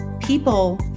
People